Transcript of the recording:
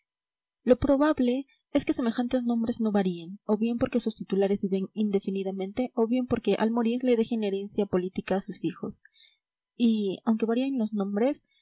lo probable es que semejantes nombres no varíen o bien porque sus titulares vivan indefinidamente o bien porque al morir le dejen la herencia política a sus hijos y aunque varíen los nombres